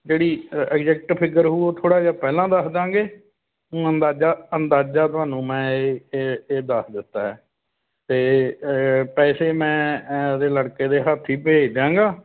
ਜਿਹੜੀ exact figure ਹੋਊ ਉਹ ਥੋੜ੍ਹਾ ਜਿਹਾ ਪਹਿਲਾਂ ਦੱਸ ਦਾਂਗੇ ਅੰਦਾਜ਼ਾ ਅੰਦਾਜ਼ਾ ਤੁਹਾਨੂੰ ਮੈਂ ਏ ਏ ਇਹ ਦੱਸ ਦਿੱਤਾ ਅਤੇ ਪੈਸੇ ਮੈਂ ਉਹਦੇ ਲੜਕੇ ਦੇ ਹੱਥ ਹੀ ਭੇਜ ਦਿਆਂਗਾ